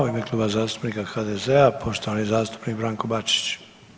U ime Kluba zastupnika HDZ-a poštovani zastupnik Branko Bačić.